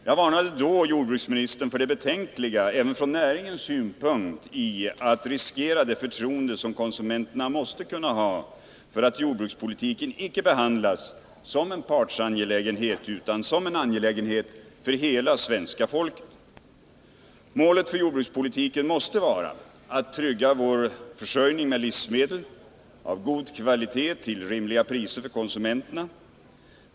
Jag varnade då jordbruksministern för det betänkliga även från näringens synpunkt i att riskera det förtroende som konsumenterna måste kunna ha för att jordbrukspolitiken icke behandlas som en partsangelägenhet utan som en angelägenhet för hela svenska folket. Målet för jordbrukspolitiken måste vara att trygga vår försörjning med livsmedel av god kvalitet till rimliga priser för konsumenterna.